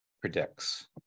predicts